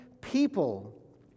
people